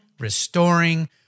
Restoring